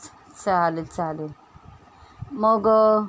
च चालेल चालेल मग